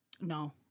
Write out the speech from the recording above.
No